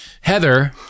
Heather